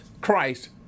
Christ